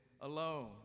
alone